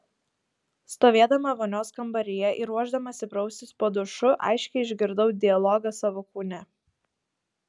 stovėdama vonios kambaryje ir ruošdamasi praustis po dušu aiškiai išgirdau dialogą savo kūne